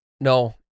No